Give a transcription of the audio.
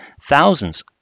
thousands